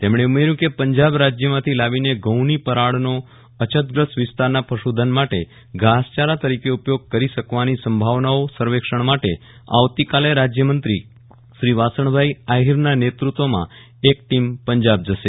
તેમણે ઉમેર્યુ કે પંજાબ રાજ્યમાંથી લાવીને ઘઉંની પરાળનો અછતગ્રસ્ત વિસ્તારના પશુધન માટે ઘાસચારા તરીકે ઉપયોગ કરી શકવાની સંભાવનાઓ સર્વેક્ષણ માટે આવતીકાલે રાજ્યમંત્રી શ્રી વાસણભાઇ આહિરના નેતૃત્વમાં એક ટીમ પંજાબ જશે